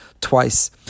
twice